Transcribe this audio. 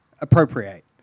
appropriate